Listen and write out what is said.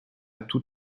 tout